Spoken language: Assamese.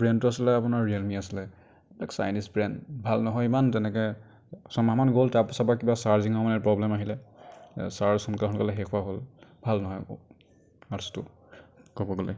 ব্ৰেণ্ডটো আছিলে আপোনাৰ ৰিয়েলমি আছিলে এইবিলাক চাইনিজ ব্ৰেণ্ড ভাল নহয় ইমান তেনেকৈ ছমাহমান গ'ল তাৰপিছৰপৰা কিবা চাৰ্জিঙৰ মানে প্ৰব্লেম আহিলে চাৰ্জ সোনকালে সোনকালে শেষ হোৱা হ'ল ভাল নহয় একো ৱাট্ছটো ক'ব গ'লে